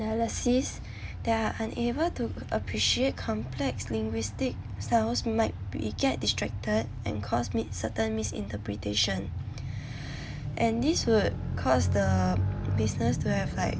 analysis that are unable to appreciate complex linguistic styles might be get distracted and cause made certain misinterpretation and this would cause the business to have like